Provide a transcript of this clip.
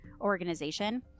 organization